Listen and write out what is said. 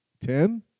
Ten